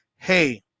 Hey